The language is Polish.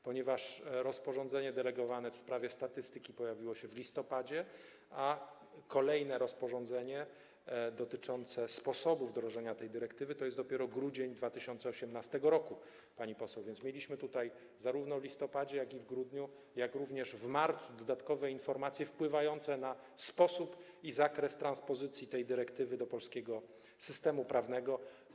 Ponieważ rozporządzenie delegowane w sprawie statystyki pojawiło się w listopadzie, a kolejne rozporządzenie dotyczące sposobu wdrożenia tej dyrektywy dopiero w grudniu 2018 r., pani poseł, w związku z tym uzyskaliśmy zarówno w listopadzie, jak i w grudniu, jak również w marcu dodatkowe informacje mające wpływ na sposób i zakres transpozycji tej dyrektywy do polskiego systemu prawnego.